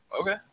okay